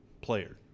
player